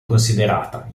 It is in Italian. considerata